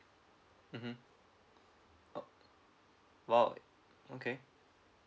mmhmm oh !wow! okay